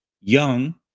young